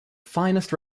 finest